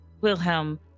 Wilhelm